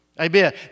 Amen